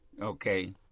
Okay